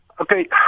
Okay